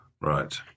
Right